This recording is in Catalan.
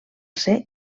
ser